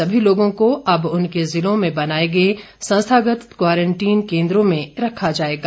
सभी लोगों को अब उनके जिलों में बनाए गए संस्थागत स्वारंटीन केंद्रों में रखा जाएगा